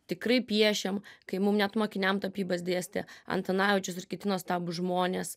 tikrai piešiam kai mum net mokiniam tapybas dėstė antanavičius ir kiti nuostabūs žmonės